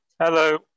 Hello